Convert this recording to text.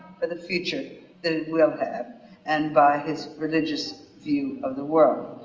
for the future that it will have and by his religious view of the world.